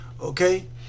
okay